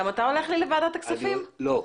גם אתה הולך לוועדת הכספים לא.